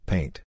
Paint